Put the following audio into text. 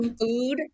food